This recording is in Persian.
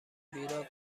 بیراه